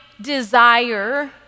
desire